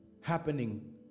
...happening